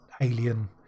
alien